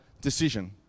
decision